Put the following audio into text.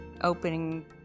opening